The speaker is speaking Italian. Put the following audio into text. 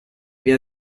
via